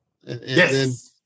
Yes